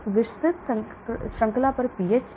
एक विस्तृत श्रृंखला पर पीएच